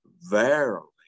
verily